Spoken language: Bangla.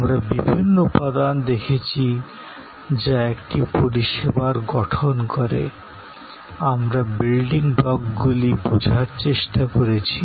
আমরা বিভিন্ন উপাদান দেখেছি যা একটি পরিষেবাকে গঠন করে আমরা বিল্ডিং ব্লকগুলি বোঝার চেষ্টা করেছি